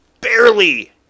barely